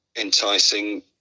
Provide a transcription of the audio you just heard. enticing